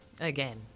again